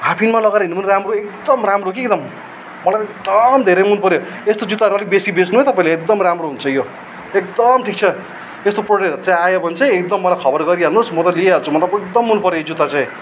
हाफप्यान्टमा लगाएर हिँड्नु पनि राम्रो एकदम राम्रो कि एकदम मलाई त एकदम धेरै मनपर्यो यस्तो जुत्ताहरू अलिक बेसी बेच्नु है तपाईँले एकदम राम्रो हुन्छ यो एकदम ठिक छ यस्तो प्रोडक्टहरू चाहिँ आयो भने चाहिँ एकदम मलाई खबर गरिहाल्नोस् म त लिइहाल्छु मलाई एकदम मनपर्यो यो जुत्ता चाहिँ